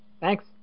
Thanks